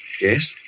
Yes